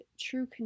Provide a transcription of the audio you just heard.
true